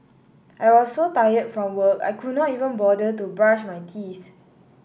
I was so tired from work I could not even bother to brush my teeth